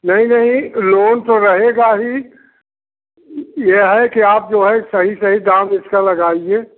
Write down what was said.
नहीं नहीं लोन तो रहेगा ही ये है कि आप जो है सही सही दाम इसका लगाइए